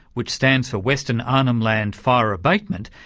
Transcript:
which stands for western arnhem land fire abatement,